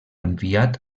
enviat